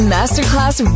Masterclass